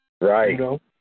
Right